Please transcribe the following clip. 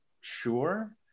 Sure